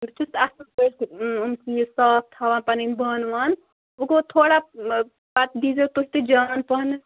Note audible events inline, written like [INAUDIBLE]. بہٕ چھَس [UNINTELLIGIBLE] یہِ صاف تھاوان پَنٕنۍ بانہٕ وانہٕ وٕ گوٚو تھوڑا پَتہٕ دیٖزیو تُہۍ تہِ جان پَہمَتھ